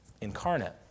incarnate